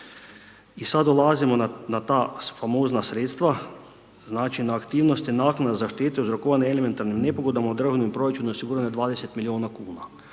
I sad dolazimo na ta famozna sredstva, znači na aktivnosti naknade za štetu uzrokovane elementarnim nepogodama u državnom proračunu osigurane 20 milijuna.